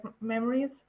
memories